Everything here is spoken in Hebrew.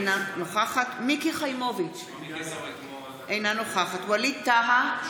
אינה נוכחת מיקי חיימוביץ' אינה נוכחת ווליד טאהא,